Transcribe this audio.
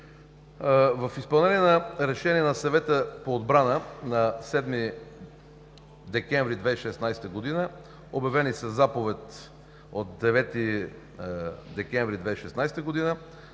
в изпълнение на решенията на Съвета по отбрана на 7 декември 2016 г., обявени със заповед от 9 декември 2016 г.,